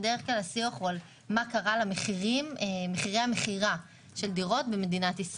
בדרך כלל השיח הוא על מה קרה למחירי מכירת הדירות בישראל.